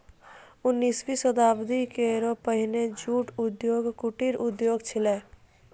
उन्नीसवीं शताब्दी केरो पहिने जूट उद्योग कुटीर उद्योग छेलय